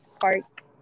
Park